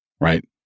Right